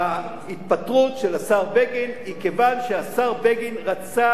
ההתפטרות של השר בגין היא כיוון שהשר בגין רצה